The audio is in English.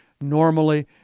normally